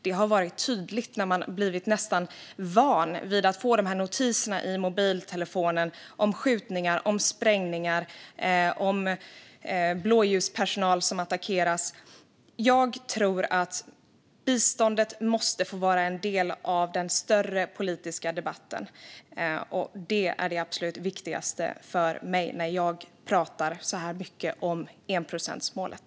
Det har blivit tydligt när man blivit nästan van vid att få notiser i mobiltelefonen om skjutningar, sprängningar och blåljuspersonal som attackeras. Biståndet måste få vara en del av den större politiska debatten. Det är det absolut viktigaste för mig när jag pratar så här mycket om enprocentsmålet.